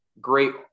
great